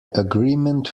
agreement